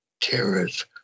terrorists